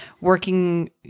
working